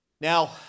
Now